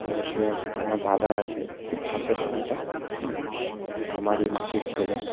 তো সে একটা আমার দাদা আছে খুব কাছের দাদাটা হুম আমার এই মাসির ছেলে